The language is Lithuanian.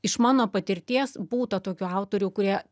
iš mano patirties būtą tokių autorių kurie